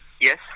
Yes